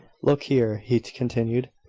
look here, he continued,